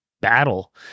battle